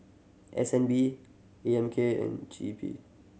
S N B A M K and G E P